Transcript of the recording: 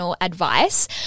advice